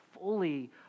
fully